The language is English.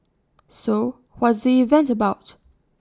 so what's the event about